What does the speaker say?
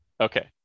Okay